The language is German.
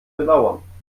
bedauern